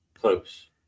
Close